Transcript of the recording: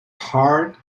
hard